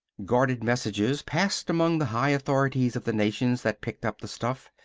guarded messages passed among the high authorities of the nations that picked up the stuff.